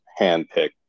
handpicked